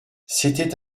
c’était